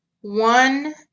One